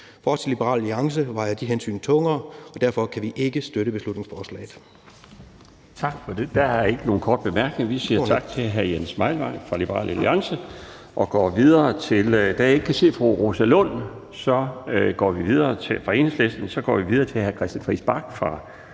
For os i Liberal Alliance vejer de hensyn tungere, og derfor kan vi ikke støtte beslutningsforslaget.